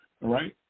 right